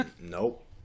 Nope